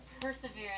Perseverance